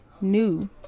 new